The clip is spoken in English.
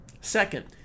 Second